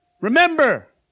Remember